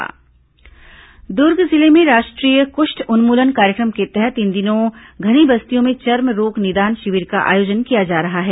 चर्मरोग निदान शिविर दुर्ग जिले में राष्ट्रीय कृष्ठ उन्मूलन कार्यक्रम के तहत इन दिनों घनी बस्तियों में चर्मरोग निदान शिविर का आयोजन किया जा रहा है